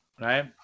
Right